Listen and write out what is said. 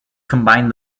combined